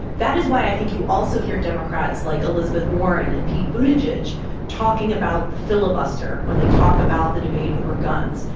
that is why i think you also hear democrats like elizabeth warren and pete buttigieg talking about the filibuster when they talk about the debate over guns.